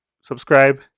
subscribe